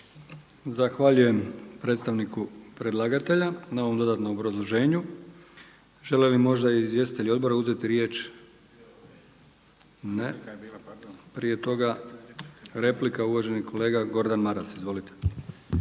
Zahvaljujem predstavniku predlagatelja na ovom dodatnom obrazloženju. Žele li možda izvjestitelji odbora uzeti riječ? Ne. Prije toga replika uvaženi kolega Gordan Maras. Izvolite.